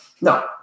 no